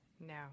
No